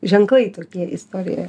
ženklai tokie istorijoje